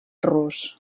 rus